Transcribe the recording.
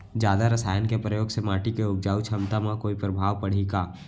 जादा रसायन के प्रयोग से माटी के उपजाऊ क्षमता म कोई प्रभाव पड़ही का?